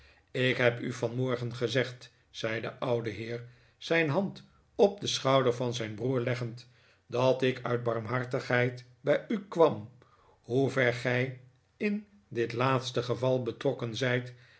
ik heb u vanmorgen gezegd zei de oude heer zijn hand op den schouder van zijn broer leggend dat ik uit barmhartigheid bij u kwam hoever gij in dit laatste geval betrokken zijt